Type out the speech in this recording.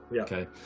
Okay